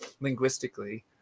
linguistically